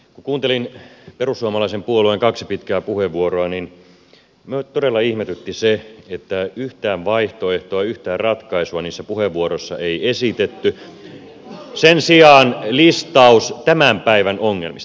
kun kuuntelin perussuomalaisen puolueen kaksi pitkää puheenvuoroa niin minua todella ihmetytti se että yhtään vaihtoehtoa yhtään ratkaisua niissä puheenvuoroissa ei esitetty sen sijaan listaus tämän päivän ongelmista